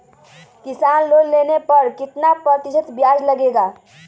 किसान लोन लेने पर कितना प्रतिशत ब्याज लगेगा?